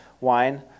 wine